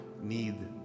need